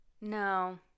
no